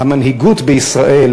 המנהיגות בישראל,